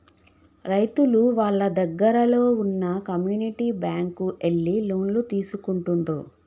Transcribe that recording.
రైతులు వాళ్ళ దగ్గరల్లో వున్న కమ్యూనిటీ బ్యాంక్ కు ఎళ్లి లోన్లు తీసుకుంటుండ్రు